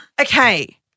Okay